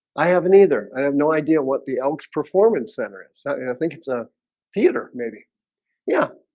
i haven't either i have no idea what the elks performance center is so and i think it's a theater maybe yeah,